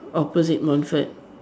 opposite Montfort